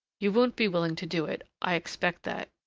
you won't be willing to do it, i expect that.